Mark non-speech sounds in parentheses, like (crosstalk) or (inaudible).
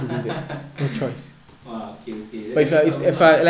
(laughs) !wah! okay okay then let me talk also lah